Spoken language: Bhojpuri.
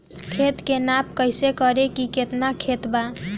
खेत के नाप कइसे करी की केतना खेत बा?